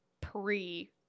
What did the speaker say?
pre